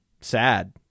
sad